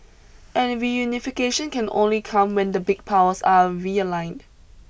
and reunification can only come when the big powers are realigned